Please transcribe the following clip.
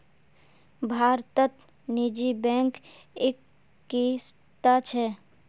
भारतत निजी बैंक इक्कीसटा छ